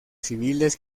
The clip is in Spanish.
civiles